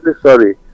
sorry